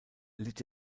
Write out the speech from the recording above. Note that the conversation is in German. litt